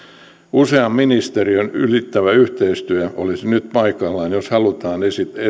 usean ministeriön ylittävä yhteistyö olisi nyt paikallaan jos halutaan